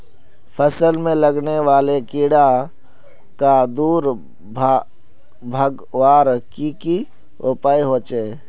फसल में लगने वाले कीड़ा क दूर भगवार की की उपाय होचे?